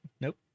Nope